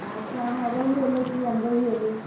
अच्छा हमरा रोहुए लैके यऽ हम रोहुए लेब